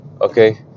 Okay